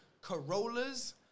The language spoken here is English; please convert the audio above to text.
Corollas